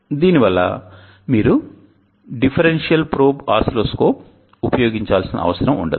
దీనివల్ల మీరు differential probe oscilloscope ఉపయోగించాల్సిన అవసరం ఉండదు